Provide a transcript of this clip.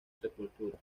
sepultura